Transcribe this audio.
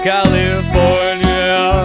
California